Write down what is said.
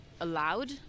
Allowed